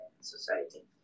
society